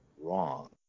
wrong